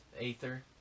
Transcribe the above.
Aether